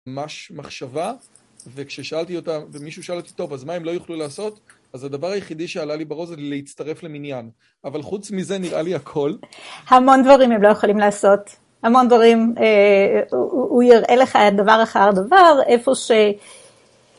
ממש מחשבה וכששאלתי אותה ומישהו שאל אותי טוב אז מה הם לא יוכלו לעשות אז הדבר היחידי שעלה לי בראש זה להצטרף למניין. אבל חוץ מזה נראה לי הכל המון דברים הם לא יכולים לעשות המון דברים הוא יראה לך דבר אחר דבר איפה ש...